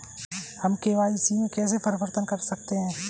हम के.वाई.सी में कैसे परिवर्तन कर सकते हैं?